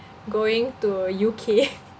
going to U_K